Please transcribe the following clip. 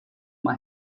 uma